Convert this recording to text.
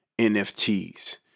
NFTs